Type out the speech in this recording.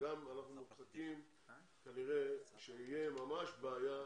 ואנחנו חושבים שתהיה ממש בעיה